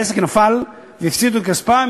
העסק נפל ואנשים יפסידו את כספם,